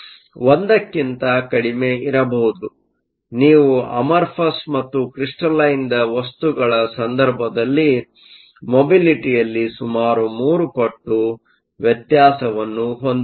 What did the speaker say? ಆದ್ದರಿಂದ ನೀವು amorphous amorphous ಮತ್ತು ಕ್ರಿಸ್ಟಲಿನ್ದ ವಸ್ತುಗಳ ಸಂದರ್ಭದಲ್ಲಿ ಮೊಬಿಲಿಟಿಯಲ್ಲಿ ಸುಮಾರು 3 ಪಟ್ಟು ವ್ಯತ್ಯಾಸವನ್ನು ಹೊಂದಬಹುದು